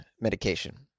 medication